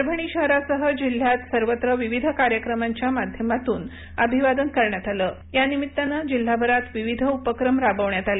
परभणी शहरासह जिल्ह्यात सर्वत्र विविध कार्यक्रमांच्या माध्यमातून अभिवादन करण्यात आलं यानिममित्तानं जिल्हाभरात विविध उपक्रम राबविण्यात आले